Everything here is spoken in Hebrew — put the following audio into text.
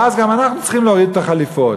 ואז גם אנחנו צריכים להוריד את החליפות.